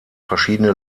verschiedene